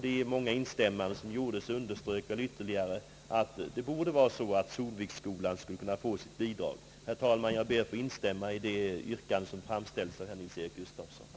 De många instämmanden som gjordes understryker detta ytterligare. Solviksskolan borde kunna få sitt bidrag. Herr talman! Jag ber att få instämma i det yrkande som framställts av herr Nils-Eric Gustafsson.